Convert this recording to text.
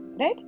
right